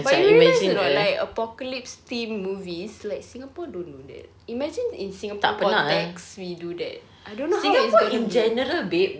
but you realise or not like apocalypse themed movies like singapore don't do that imagine in singapore context we do that I don't know how it's going to be